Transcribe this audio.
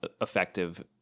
effective